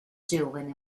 giovane